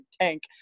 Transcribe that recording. tank